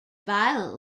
violent